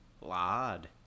Lad